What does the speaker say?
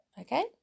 okay